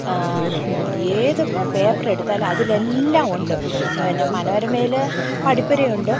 ഏത് പേപ്പർ എടുത്താൽ അതിലെല്ലാം ഉണ്ട് പിന്നെ മനോരമയിൽ പഠിപ്പുരയുണ്ട്